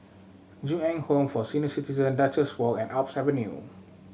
Ju Eng Home for Senior Citizen Duchess Walk and Alps Avenue